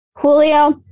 Julio